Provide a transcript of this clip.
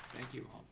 thank you.